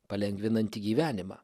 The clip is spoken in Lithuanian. palengvinanti gyvenimą